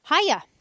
Hiya